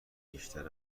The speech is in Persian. بیشتر